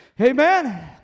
Amen